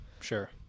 sure